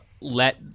let